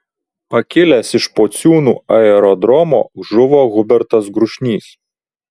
pakilęs iš pociūnų aerodromo žuvo hubertas grušnys